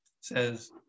Says